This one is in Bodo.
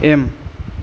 एम